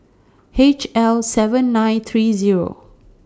H L seven nine three Zero